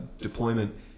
deployment